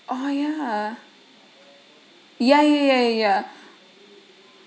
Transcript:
oh ya ya ya ya